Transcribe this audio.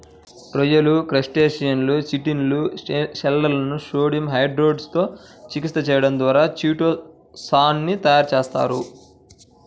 రొయ్యలు, క్రస్టేసియన్ల చిటిన్ షెల్లను సోడియం హైడ్రాక్సైడ్ తో చికిత్స చేయడం ద్వారా చిటో సాన్ ని తయారు చేస్తారు